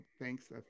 Thanks